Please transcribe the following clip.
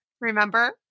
remember